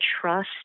trust